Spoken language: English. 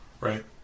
right